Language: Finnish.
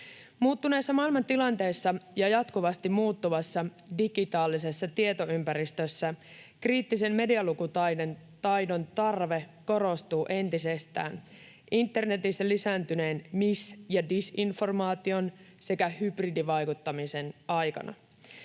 Muuttuneessa maailmantilanteessa ja jatkuvasti muuttuvassa digitaalisessa tietoympäristössä kriittisen medialukutaidon tarve korostuu entisestään internetissä lisääntyneen mis- ja disinformaation sekä hybridivaikuttamisen aikana.